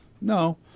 no